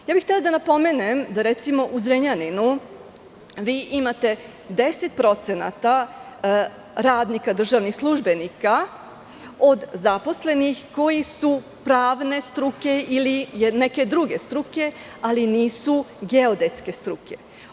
Htela bih da napomenem da, recimo, u Zrenjaninu imate 10% radnika, državnih službenika od zaposlenih, koji su pravne struke ili neke druge struke, ali nisu geodetske struke.